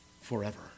forever